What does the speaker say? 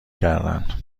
کردن